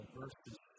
verses